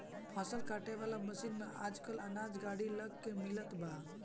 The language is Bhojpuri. फसल काटे वाला मशीन में आजकल अनाज गाड़ी लग के मिलत बा